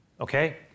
okay